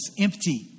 empty